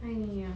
!haiya!